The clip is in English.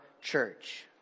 church